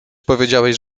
powiedziałeś